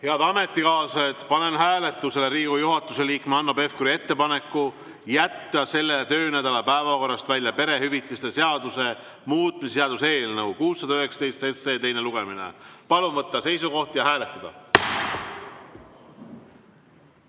Head ametikaaslased, panen hääletusele Riigikogu juhatuse liikme Hanno Pevkuri ettepaneku jätta selle töönädala päevakorrast välja perehüvitiste seaduse muutmise seaduse eelnõu 619 teine lugemine. Palun võtta seisukoht ja hääletada!